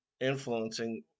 influencing